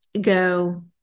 go